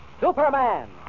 Superman